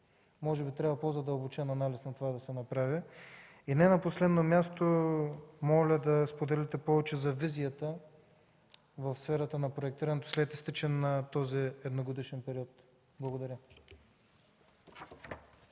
се направи по-задълбочен анализ на това. И не на последно място, моля да споделите повече за визията в сферата на проектирането, след изтичането на този едногодишен период. Благодаря.